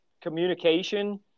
communication